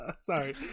Sorry